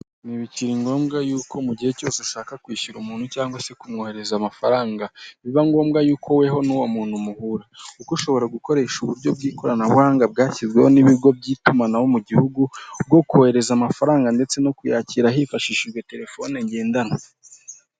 Ntibikiri ngombwa yuko mu gihe cyose ushaka kwishyura umuntu cyangwa se kumwoherereza amafaranga biba ngombwa yuko weho n'uwo muntu muhura, kuko ushobora gukoresha uburyo bw'ikoranabuhanga bwashyizweho n'ibigo by'itumanaho mu gihugu bwo kohereza amafaranga ndetse no kuyakira hifashijwe telefone ngendanwa.